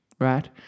right